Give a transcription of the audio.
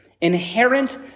inherent